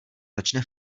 začne